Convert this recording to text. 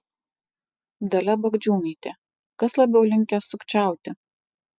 dalia bagdžiūnaitė kas labiau linkęs sukčiauti